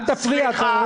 חבר